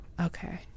Okay